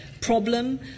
problem